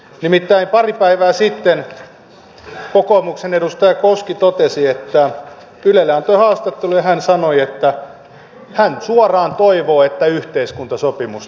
nimittäin pari päivää sitten kokoomuksen edustaja koski totesi ylelle antoi haastattelun ja sanoi että hän suoraan toivoo että yhteiskuntasopimusta ei synny